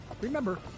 Remember